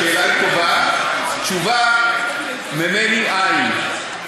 השאלה היא טובה, תשובה ממני אַין.